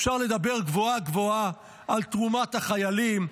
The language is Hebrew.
אפשר לדבר גבוהה-גבוהה על תרומת החיילים,